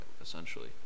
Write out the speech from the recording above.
essentially